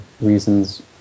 reasons